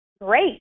great